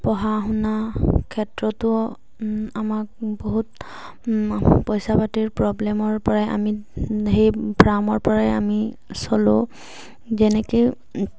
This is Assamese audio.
পঢ়া শুনা ক্ষেত্ৰতো আমাক বহুত পইচা পাতিৰ প্ৰব্লেমৰ পৰাই আমি সেই ফাৰ্মৰ পৰাই আমি চলোঁ যেনেকৈ